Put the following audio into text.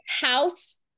house